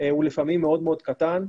הוא לפעמים מאוד מאוד קטן.